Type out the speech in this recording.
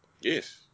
Yes